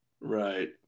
Right